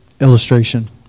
illustration